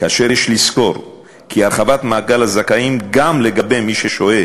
כאשר יש לזכור כי הרחבת מעגל הזכאים גם לגבי מי ששוהה